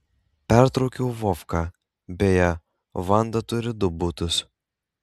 pertraukiau vovką beje vanda turi du butus